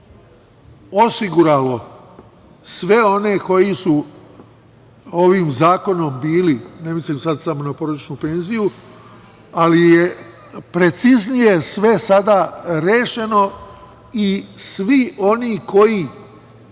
osiguralo sve one koji su ovim zakonom bili, ne mislim sad samo na porodičnu penziju, ali je preciznije sve sada rešeno i svi oni koji